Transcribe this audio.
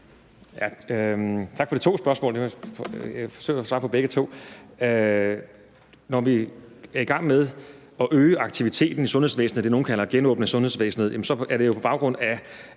Tak for de to spørgsmål. Jeg vil forsøge at svare på dem begge to. Når vi er i gang med at øge aktiviteten i sundhedsvæsenet – altså det, nogle kalder at genåbne sundhedsvæsenet – er det jo på baggrund af